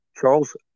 Charles